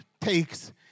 takes